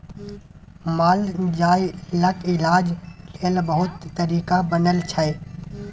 मालजालक इलाज लेल बहुत तरीका बनल छै